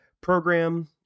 program